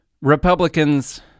Republicans